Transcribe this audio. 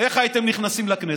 איך הייתם נכנסים לכנסת?